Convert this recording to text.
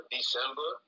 December